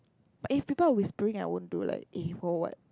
but if people are whispering I won't do like eh what what what